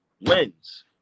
wins